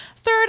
Third